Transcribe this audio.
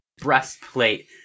breastplate